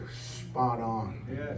spot-on